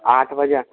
आठ बजे आना होगा